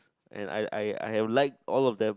and I I I have liked all of them